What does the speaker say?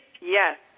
Yes